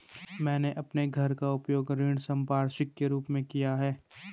मैंने अपने घर का उपयोग ऋण संपार्श्विक के रूप में किया है